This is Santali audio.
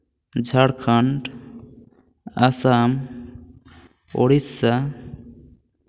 ᱡᱷᱟᱲᱠᱷᱚᱸᱰ ᱟᱥᱟᱢ ᱳᱰᱤᱥᱟ